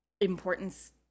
importance